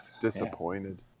disappointed